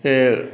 ਅਤੇ